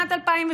בשנת 2003,